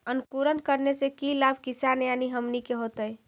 अंकुरण करने से की लाभ किसान यानी हमनि के होतय?